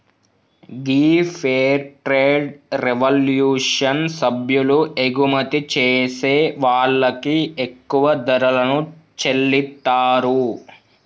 గీ fair trade revolution సభ్యులు ఎగుమతి చేసే వాళ్ళకి ఎక్కువ ధరలను చెల్లితారు